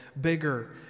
bigger